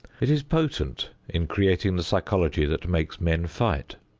it is potent in creating the psychology that makes men fight.